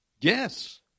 Yes